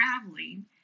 traveling